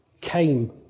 came